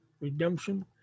redemption